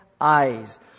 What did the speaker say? eyes